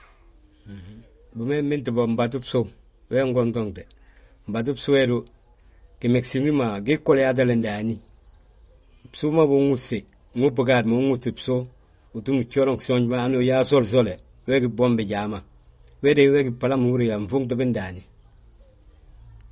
Bima inbinti bo mbatu bsu wee ngontonte, mbatu bsu we du, gimegsin wi ma gii goliyatalu ndaan. Bsu ma bi unwúste, ndu bi gaadi mo unwústi bsu. Utúm gjooranŋ gsoonj, hanu yaa ye sosole wegí bwom bijaa ma. We we gí bala ma húri yaa nfuŋti bi ndaani.